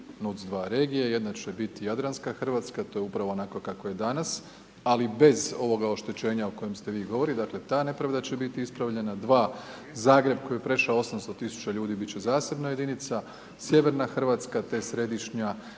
NUTS II regije. Jedna će biti Jadranska Hrvatska, to je upravo onakva kakva je danas, ali bez ovoga oštećenja o kojem ste vi govorili, dakle ta nepravda će biti ispravljena, dva, Zagreb koji je prešao 800000 ljudi, bit će zasebna jedinica, Sjeverna Hrvatska, te Središnja i Istočna